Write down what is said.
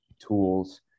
tools